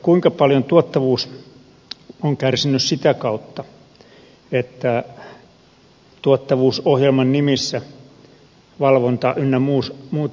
kuinka paljon tuottavuus on kärsinyt sitä kautta että tuottavuusohjelman nimissä valvonta ynnä muuta